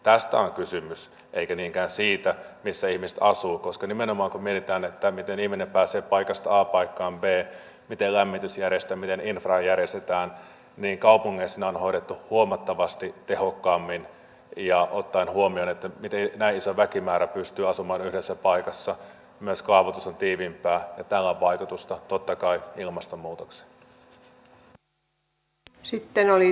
tästä on kysymys eikä niinkään siitä missä ihmiset asuvat koska nimenomaan kun mietitään miten ihminen pääsee paikasta a paikkaan b miten lämmitys järjestetään ja infra järjestetään niin kaupungeissa ne on hoidettu huomattavasti tehokkaammin ja ottaen huomioon miten näin iso väkimäärä pystyy asumaan yhdessä paikassa myös kaavoitus on tiiviimpää tällä on vaikutusta totta kai ilmastonmuutokseen